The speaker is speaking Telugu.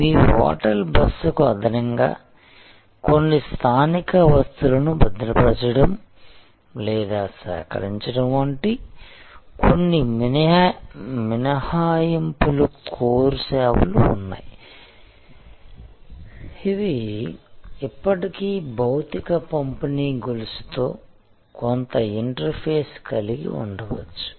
మీ హోటల్ బసకు అదనంగా కొన్ని స్థానిక వస్తువులను భద్రపరచడం లేదా సేకరించడం వంటి కొన్ని మినహాయింపులు కోర్ సేవలు ఉన్నాయి ఇవి ఇప్పటికీ భౌతిక పంపిణీ గొలుసుతో కొంత ఇంటర్ఫేస్ కలిగి ఉండవచ్చు